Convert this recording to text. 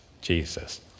Jesus